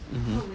mmhmm